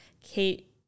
Kate